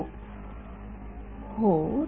विद्यार्थीः हो विद्यार्थीः हो